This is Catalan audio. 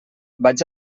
vaig